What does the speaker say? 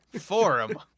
Forum